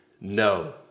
no